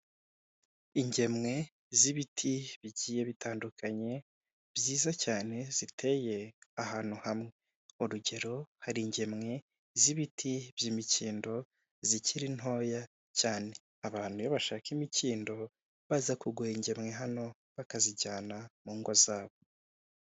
Ingemwe z'ibiti bigiye bitandukanye byiza cyane ziteye ahantu hamwe, urugero hari ingemwe z'ibiti by'imikindo zikiri ntoya cyane, abantu iyo bashaka imikindo baza kugura ingemwe hano bakazijyana mu ngo zabo.